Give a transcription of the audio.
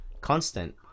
constant